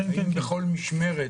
האם בכל משמרת